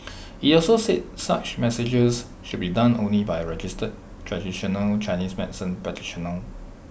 IT also said such massages should be done only by A registered traditional Chinese medicine practitioner